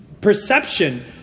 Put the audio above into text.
perception